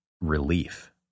relief